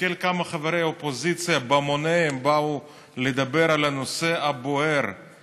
תסתכל כמה חברי אופוזיציה בהמוניהם באו לדבר על הנושא הבוער,